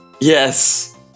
Yes